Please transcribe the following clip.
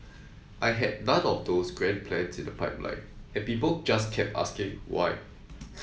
I had none of those grand plans in the pipeline and people just kept asking why